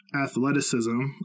athleticism